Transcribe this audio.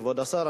כבוד השר,